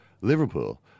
Liverpool